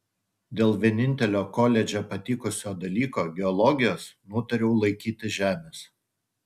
dėl vienintelio koledže patikusio dalyko geologijos nutariau laikytis žemės